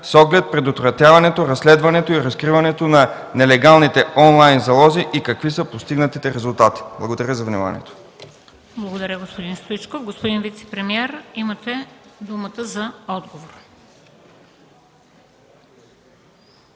с оглед предотвратяването, разследването и разкриването на нелегалните онлайн залози и какви са постигнатите резултати? Благодаря за вниманието. ПРЕДСЕДАТЕЛ МЕНДА СТОЯНОВА: Благодаря, господин Стоичков. Господин вицепремиер, имате думата за отговор.